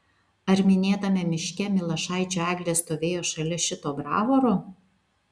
ar minėtame miške milašaičių eglė stovėjo šalia šito bravoro